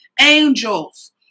angels